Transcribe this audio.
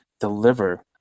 deliver